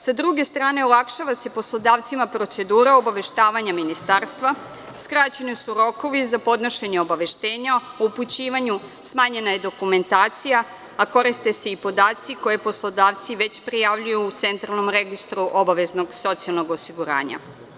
Sa druge strane, olakšava se poslodavcima procedura obaveštavanjem ministarstva, skraćeni su rokovi za podnošenje obaveštenja o upućivanju, smanjena je dokumentacija, a koriste se i podaci koje poslodavci već prijavljuju u centralnom registru obaveznog socijalnog osiguranja.